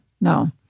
No